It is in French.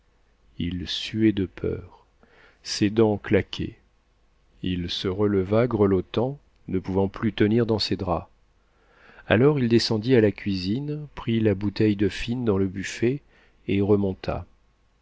il suait de peur ses dents claquaient il se releva grelottant ne pouvant plus tenir dans ses draps alors il descendit à la cuisine prit la bouteille de fine dans le buffet et remonta